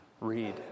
read